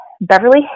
Beverly